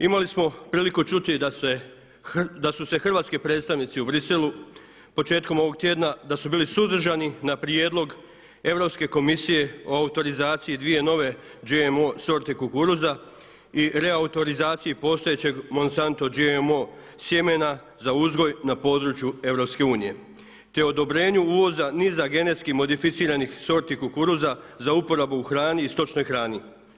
Imali smo priliku čuti da su se hrvatski predstavnici u Briselu početkom ovog tjedna, da su bili suzdržani na prijedlog Europske komisije o autorizaciji dvije nove GMO sorte kukuruza i reautorizaciji postojećeg Monsanto GMO sjemena za uzgoj na području EU, te odobrenju uvoza niza genetski modificiranih sorti kukuruza za uporabu u hrani i stočnoj hrani.